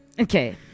Okay